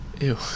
Ew